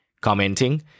commenting